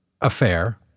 affair